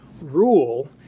Rule